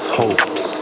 hopes